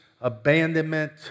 Abandonment